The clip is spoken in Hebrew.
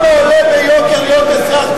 כמה עולה ביוקר להיות אזרח,